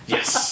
Yes